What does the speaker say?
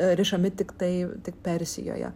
rišami tiktai tik persijoje